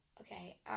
Okay